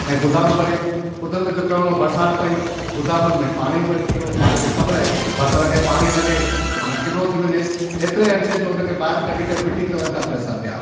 ऐं गोदाम भरे कुदरतु जो करिणो बरसात पई गोदामनि में पाणी भरिजी वियो पाण खे ख़बर आहे बसर खे पाणी लॻे मना किनो थी वञे एतिरे अन चए जो हुनखे ॿाहिरि कढी करे फिटी करण जा पैसा पिया